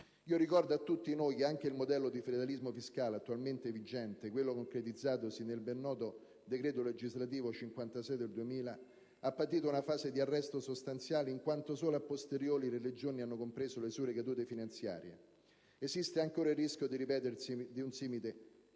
Ricordo a tutti noi che anche il modello di federalismo fiscale attualmente vigente, quello concretizzatosi nel ben noto decreto legislativo n. 56 del 2000, ha patito una fase di arresto sostanziale, in quanto solo *a posteriori* le Regioni hanno compreso le sue ricadute finanziarie: esiste anche ora il rischio del ripetersi di un simile